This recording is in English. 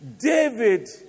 David